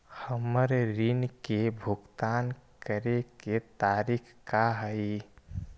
हमर ऋण के भुगतान करे के तारीख का हई?